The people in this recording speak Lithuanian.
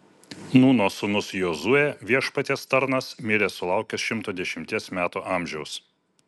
nūno sūnus jozuė viešpaties tarnas mirė sulaukęs šimto dešimties metų amžiaus